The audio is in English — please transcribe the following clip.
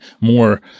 more